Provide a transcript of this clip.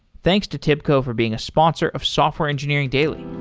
thanks to tibco for being a sponsor of software engineering daily